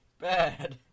Bad